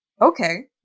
okay